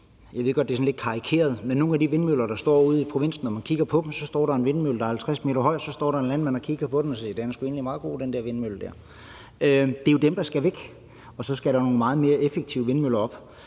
sige, at man står og kigger på nogle af de vindmøller, der står ude i provinsen. Der står så en vindmølle, der er 50 m høj, og der står en landmand og kigger på den og siger: Den der vindmølle er sgu egentlig meget god. Det er jo dem, der skal væk, og så skal der nogle meget mere effektive vindmøller op.